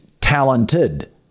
talented